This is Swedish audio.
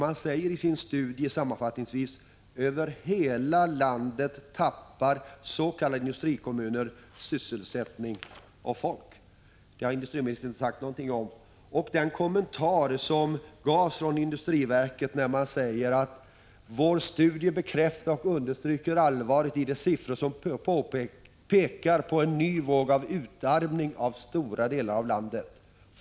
Industriverket säger sammanfattningsvis i sin studie: Över hela landet tappar s.k. industrikommuner sysselsättning och folk. I en kommentar till denna studie säger chefen för industriverkets regionala enhet: ”Vår studie bekräftar och understryker allvaret i de siffror som pekar på en ny våg av utarmning av stora delar av landet.